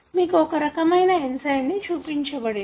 మీకు ఒక ప్రత్యేకమైన ఎంజయ్మెను చూపించబడింది